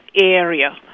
area